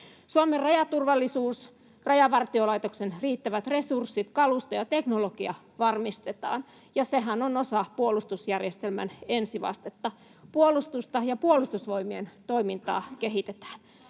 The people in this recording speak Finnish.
Suomen rajaturvallisuus, Rajavartiolaitoksen riittävät resurssit, kalusto ja teknologia varmistetaan, ja sehän on osa puolustusjärjestelmän ensivastetta. Puolustusta ja Puolustusvoimien toimintaa kehitetään.